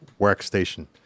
workstation